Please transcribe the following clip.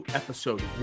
episode